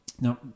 now